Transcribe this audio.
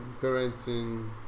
parenting